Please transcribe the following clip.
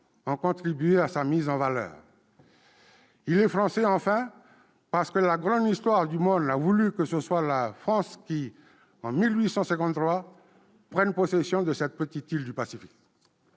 ont contribué à sa mise en valeur. Il est français, enfin, parce que la grande histoire du monde a voulu que ce soit la France qui, en 1853, prenne possession de cette petite île du Pacifique.